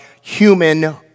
human